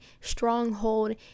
stronghold